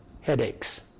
headaches